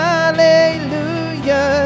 Hallelujah